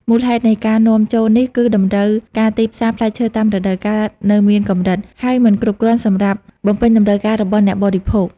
មូលហេតុនៃការនាំចូលនេះគឺតម្រូវការទីផ្សារ ផ្លែឈើតាមរដូវកាលនៅមានកម្រិត ហើយមិនគ្រប់គ្រាន់សម្រាប់បំពេញតម្រូវការរបស់អ្នកបរិភោគ។